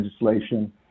legislation